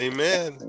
Amen